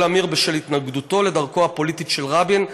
עמיר בשל התנגדותו לדרכו הפוליטית של רבין,